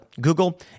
Google